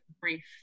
brief